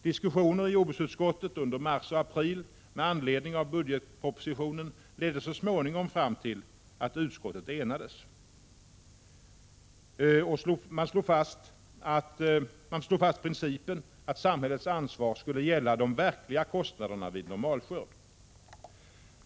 Diskussioner i jordbruksutskottet under mars och april med anledning av budgetpropositionen ledde så småningom fram till att utskottet kunde enas. Man slog fast pricipen att samhällets ansvar skulle gälla de verkliga kostnaderna vid normalskörd.